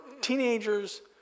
teenagers